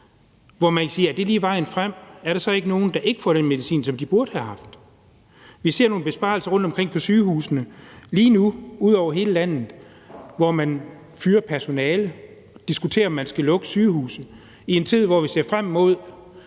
kan man spørge, om det lige er vejen frem. Er der så ikke nogle, der ikke får den medicin, som de burde have haft? Vi ser lige nu nogle besparelser rundtomkring på sygehusene over hele landet, hvor man fyrer personale og diskuterer, om man skal lukke sygehuse, og det sker i en tid, hvor vi ser frem mod